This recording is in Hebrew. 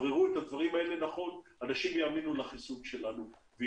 ידבררו את הדברים האלה נכון אנשים יאמינו לחיסון שלנו.